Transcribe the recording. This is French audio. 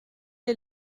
est